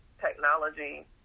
technology